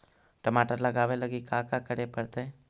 टमाटर लगावे लगी का का करये पड़तै?